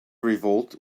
revolt